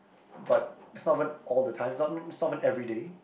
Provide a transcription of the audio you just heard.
but it's not even all the time it's not even it's not even everyday